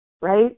right